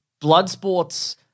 Bloodsport's